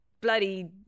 bloody